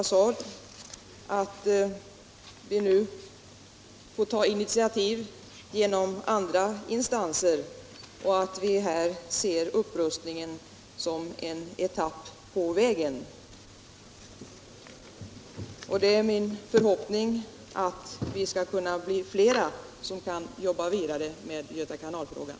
Jag sade att vi nu får ta initiativ genom andra instanser och att vi ser upprustningen som en etapp på vägen. Det är min förhoppning att vi skall bli fler som arbetar vidare med Göta kanal-frågan.